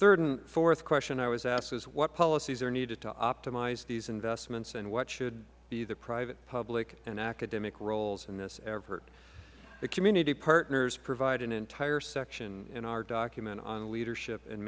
third and fourth question i was asked is what policies are needed to optimize these investments and what should be the private public and academic roles in this effort the community partners provide an entire section in our document on leadership